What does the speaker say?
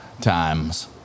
Times